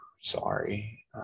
Sorry